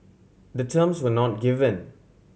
the terms were not given